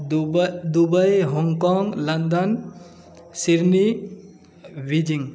Dubai Hong Kong London Sydney Beijing